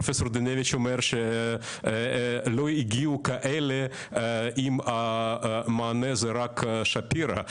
פרופסור דינביץ' אומר שלא יגיעו כאלה אם המענה זה רק שפירא,